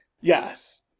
Yes